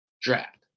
draft